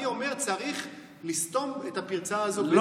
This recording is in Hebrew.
אני לא עושה הכללה.